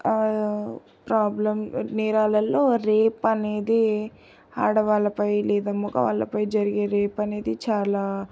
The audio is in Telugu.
ప్రాబ్లం నేరాలలో రేప్ అనేది ఆడవాళ్ళపై లేదా మగవాళ్ళపై జరిగే రేప్ అనేది చాలా